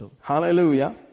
Hallelujah